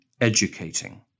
educating